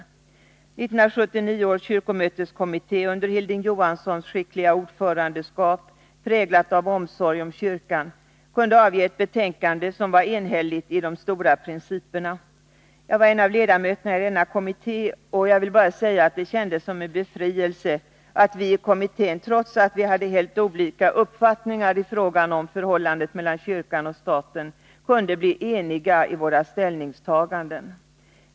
1979 års kyrkomöteskommitté under Hilding Johanssons skickliga ordförandeskap, präglat av omsorg om kyrkan, kunde avge ett betänkande som var enhälligt i fråga om de stora principerna. Jag var en av ledamöterna i denna kommitté, och jag vill bara säga att det kändes som en befrielse att vi i kommittén — trots att vi hade helt olika uppfattningar i fråga om förhållandet mellan kyrkan och staten — kunde bli eniga i våra ställningstaganden.